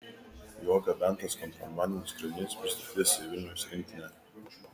juo gabentas kontrabandinis krovinys pristatytas į vilniaus rinktinę